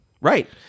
Right